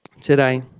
Today